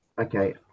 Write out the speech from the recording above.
Okay